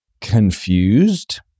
confused